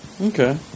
Okay